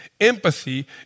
Empathy